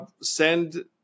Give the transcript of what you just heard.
send